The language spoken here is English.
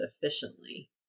efficiently